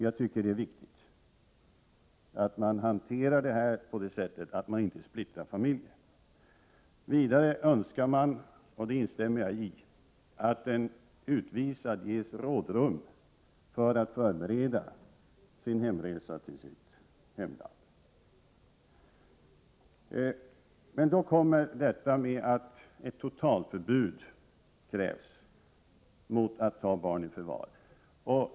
Jag tycker att det är viktigt att man hanterar frågan på det sättet att man inte splittrar familjer. Vidare önskar man, och det instämmer jag i, att en utvisad ges rådrum för att förbereda sin återresa till hemlandet. Det talas här om krav på totalförbud mot att ta barn i förvar.